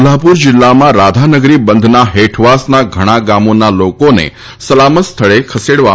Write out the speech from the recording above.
કોલ્હાપુર જિલ્લામાં રાધાનગરી બંધના હેઠવાસના ઘણાં ગામોના લોકોને સલામત સ્થળે ખસેડ્યા છે